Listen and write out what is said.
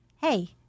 hey